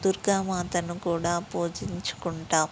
దుర్గా మాతను కూడా పూజించుకుంటాం